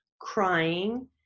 crying